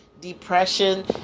Depression